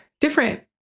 different